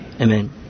Amen